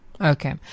Okay